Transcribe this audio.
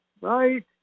Right